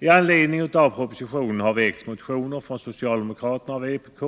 I anledning av propositionen har väckts motioner av socialdemokraterna och vpk,